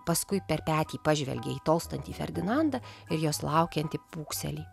paskui per petį pažvelgė į tolstantį ferdinandą ir jos laukiantį pūkselį